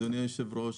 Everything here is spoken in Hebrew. אדוני היושב-ראש,